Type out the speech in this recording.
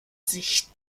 sich